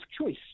choice